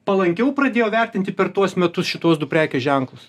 palankiau pradėjo vertinti per tuos metus šituos du prekių ženklus